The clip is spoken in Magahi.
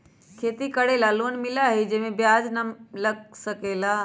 खेती करे ला लोन मिलहई जे में ब्याज न लगेला का?